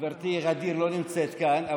חברתי ע'דיר לא נמצאת כאן,